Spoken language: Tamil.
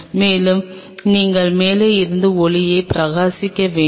மேலும் நீங்கள் மேலே இருந்து ஒளியைப் பிரகாசிக்க வேண்டும்